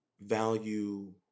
value